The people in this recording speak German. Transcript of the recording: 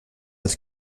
als